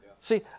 See